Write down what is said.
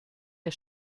der